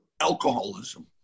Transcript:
alcoholism